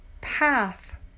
path